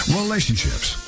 relationships